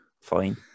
Fine